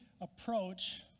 approach